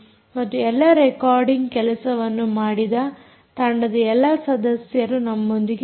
ಮತ್ತು ಎಲ್ಲಾ ರೆಕಾರ್ಡಿಂಗ್ ಕೆಲಸವನ್ನು ಮಾಡಿದ ತಂಡದ ಎಲ್ಲಾ ಸದಸ್ಯರು ನಮ್ಮೊಂದಿಗೆ ಇದ್ದರು